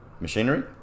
machinery